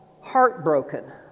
heartbroken